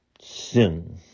sin